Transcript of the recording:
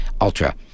Ultra